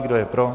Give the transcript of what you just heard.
Kdo je pro?